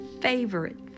favorite